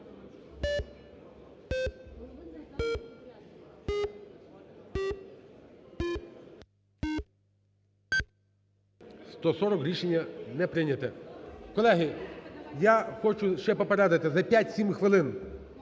За-140 Рішення не прийнято. Колеги, я хочу ще попередити за 5-7 хвилин